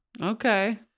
Okay